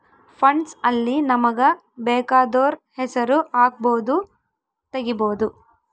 funds ಅಲ್ಲಿ ನಮಗ ಬೆಕಾದೊರ್ ಹೆಸರು ಹಕ್ಬೊದು ತೆಗಿಬೊದು